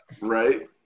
Right